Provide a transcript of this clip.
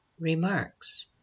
Remarks